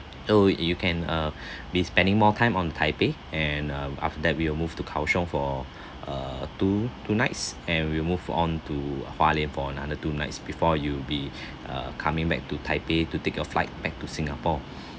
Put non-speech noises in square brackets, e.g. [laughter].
oh you can uh [breath] be spending more time on taipei and uh after that we will move to kaohsiung for uh two two nights and we'll move on to hualien for another two nights before you be [breath] uh coming back to taipei to take your flight back to singapore [breath]